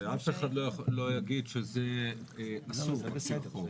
ואף אחד לא יגיד שזה אסור על פי החוק.